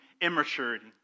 immaturity